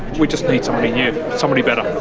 we just need somebody new, somebody better. and